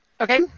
Okay